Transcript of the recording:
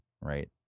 Right